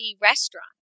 restaurant